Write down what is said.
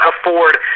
afford